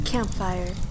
Campfire